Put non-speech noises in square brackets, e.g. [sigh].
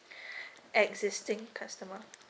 [breath] existing customer